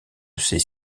ces